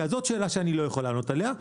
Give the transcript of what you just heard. זאת שאלה שאני לא יכול לענות עליה.